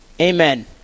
Amen